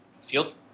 field